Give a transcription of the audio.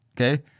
okay